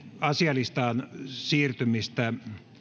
asialistaan siirtymistä